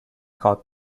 caught